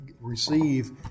receive